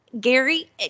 Gary